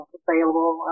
available